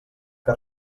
que